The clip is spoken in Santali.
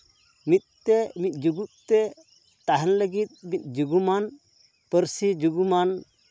ᱢᱤᱫ ᱛᱮ ᱢᱤᱫ ᱡᱩᱜᱩᱫ ᱛᱮ ᱛᱟᱦᱮᱱ ᱞᱟᱹᱜᱤᱫ ᱢᱤᱫ ᱡᱩᱜᱩᱢᱟᱱ ᱯᱟᱹᱨᱥᱤ ᱡᱩᱜᱩᱢᱟᱱ